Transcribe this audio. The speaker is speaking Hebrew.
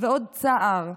ועוד צער.